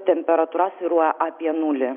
temperatūra svyruoja apie nulį